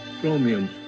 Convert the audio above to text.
chromium